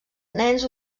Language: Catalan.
nens